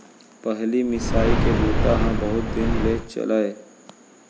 पहिली मिसाई के बूता ह बहुत दिन ले चलय